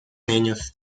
niños